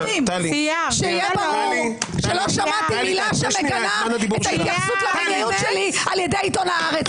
שיהיה ברור שלא שמעתי מילה שמגנה את- -- שלי על ידי עיתון הארץ.